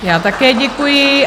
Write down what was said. Já také děkuji.